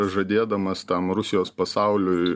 žadėdamas tam rusijos pasauliui